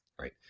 right